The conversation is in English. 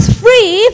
free